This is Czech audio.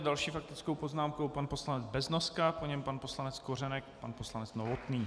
S další faktickou poznámkou pan poslanec Beznoska, po něm pan poslanec Kořenek, pan poslanec Novotný.